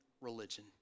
religion